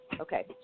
Okay